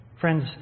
Friends